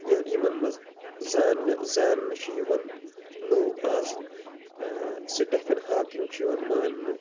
یہِ یِمَن مَنٛز زاننہٕ زاننہٕ چھُ یِوان نو اَز سٹیفِن ہاکِنٛگ چھُ یِوان ماننہٕ